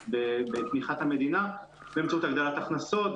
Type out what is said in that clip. בתמיכת המדינה באמצעות הגדלת הכנסות,